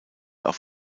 auf